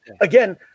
again